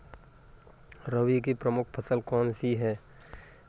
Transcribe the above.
रबी की प्रमुख फसल कौन सी है?